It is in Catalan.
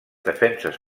defenses